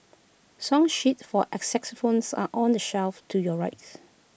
song sheets for xylophones are on the shelf to your rights